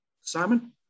Simon